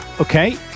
Okay